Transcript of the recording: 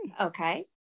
Okay